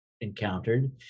encountered